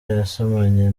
yasomanye